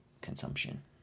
consumption